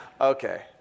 okay